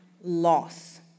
loss